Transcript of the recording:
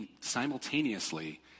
simultaneously